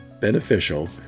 beneficial